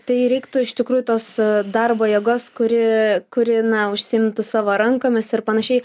tai reiktų iš tikrųjų tos darbo jėgos kuri kuri na užsiimtų savo rankomis ir panašiai